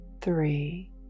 three